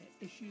issues